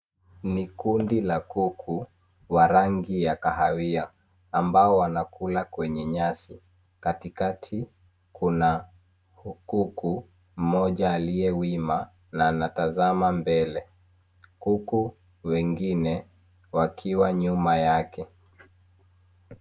Ni kundi la kuku wa rangi ya kahawia ambao wanakula kwenye nyasi. Katikati kuna kuku mmoja aliyewima na anatazama mbele. Kuku wengine wakiwa nyuma yake.